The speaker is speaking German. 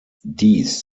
dies